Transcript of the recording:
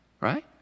Right